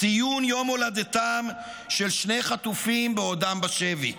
ציון יום הולדתם של שני חטופים בעודם בשבי: